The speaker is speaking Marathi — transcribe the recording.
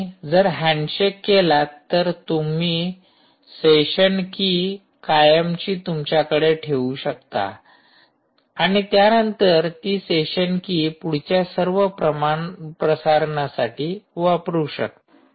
तुम्ही जर हॅन्डशेक केला तर तुम्ही सेशन कि कायमची तुमच्याकडे ठेवू शकता आणि त्यानंतर ती सेशन कि पुढच्या सर्व प्रसारणासाठी वापरू शकता